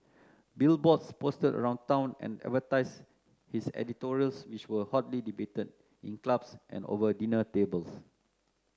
billboards posted around town advertised his editorials which were hotly debated in clubs and over dinner tables